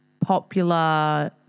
popular